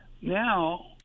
now